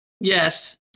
yes